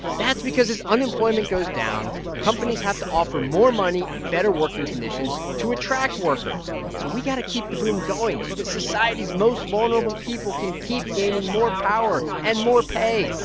that's because as unemployment goes down, down, companies have to offer more money and better working conditions to attract workers. so we got to keep the boom going so that society's most vulnerable people can keep gaining more power and more pay.